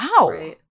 wow